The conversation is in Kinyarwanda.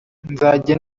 nzajya